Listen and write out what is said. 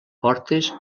portes